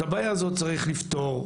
את הבעיה הזאת צריך לפתור.